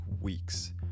weeks